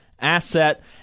Asset